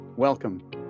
Welcome